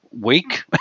week